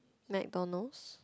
McDonald's